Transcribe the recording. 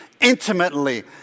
Intimately